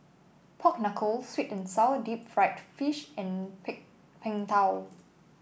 Pork Knuckle sweet and sour Deep Fried Fish and pig Png Tao